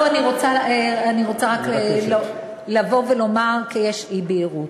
אני רוצה רק לבוא ולומר, כי יש אי-בהירות.